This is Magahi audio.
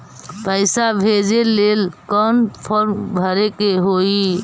पैसा भेजे लेल कौन फार्म भरे के होई?